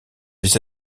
vis